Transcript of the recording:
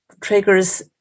triggers